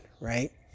right